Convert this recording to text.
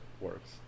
works